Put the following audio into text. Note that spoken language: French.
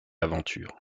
l’aventure